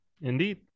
indeed